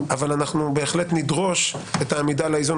אבל אנחנו בהחלט נדרוש את העמידה על האיזון